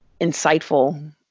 insightful